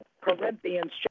Corinthians